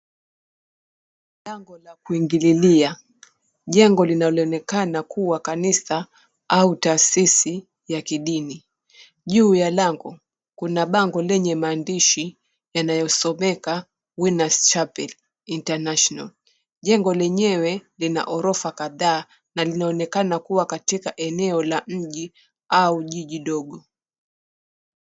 Lango la kuingililia. Jengo linaloonekana kua kanisa au taasisi ya kidini. Juu ya lango kuna bango lenye maandishi yanayosomeka winners chapel international. Jengo lenyewe lina gorofa kadhaa na linaonekana kua katika eneo la mji au jiji ndogo.